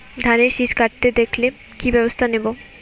ধানের শিষ কাটতে দেখালে কি ব্যবস্থা নেব?